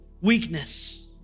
weakness